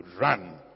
run